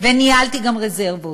וניהלתי גם רזרבות,